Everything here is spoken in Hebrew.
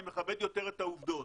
אני מכבד יותר את העובדות.